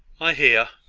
i hear.